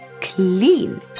clean